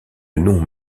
nom